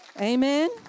Amen